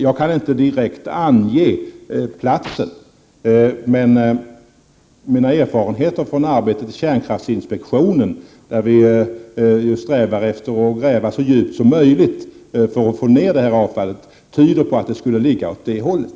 Jag kan inte direkt ange platsen för helvetet, men mina erfarenheter från arbetet i kärnkraftinspektionen, där vi strävar efter att gräva ned avfallet så djupt som möjligt, tyder på att det skulle ligga åt det hållet.